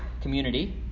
community